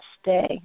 stay